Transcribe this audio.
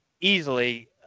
easily